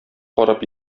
карап